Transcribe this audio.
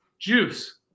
juice